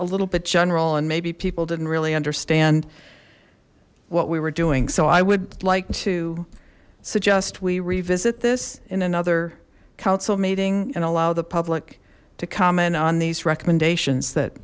a little bit general and maybe people didn't really understand what we were doing so i would like to suggest we revisit this in another council meeting and allow the public to comment on these recommendations that